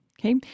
Okay